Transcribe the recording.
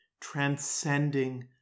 transcending